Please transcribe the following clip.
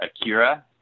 Akira